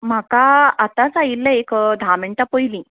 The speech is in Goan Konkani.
म्हाका आतांच आयिल्ले एक धा मिण्टां पयलीं